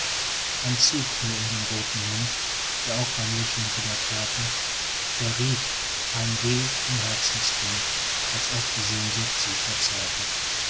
ein zug nur um den rothen mund der auch beim lächeln wiederkehrte verrieth ein weh in herzensgrund als ob die sehnsucht sie verzehrte